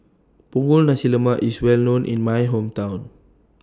Punggol Nasi Lemak IS Well known in My Hometown